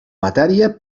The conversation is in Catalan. matèria